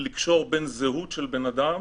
לקשור בין זהות של אדם